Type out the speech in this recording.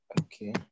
Okay